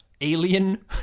alien